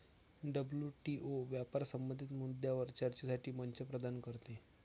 WTO व्यापार संबंधित मुद्द्यांवर चर्चेसाठी मंच प्रदान करते